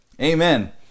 Amen